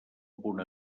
punt